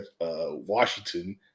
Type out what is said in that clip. Washington